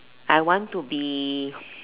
I want to be